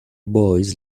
boys